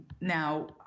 Now